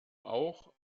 auch